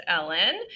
Ellen